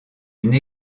une